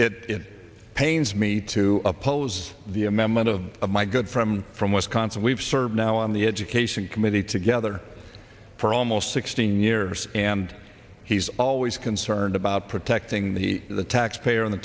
chair it pains me to oppose the amendment of my good friend from wisconsin we've served now on the education committee together for almost sixteen years and he's always concerned about protecting the the taxpayer on the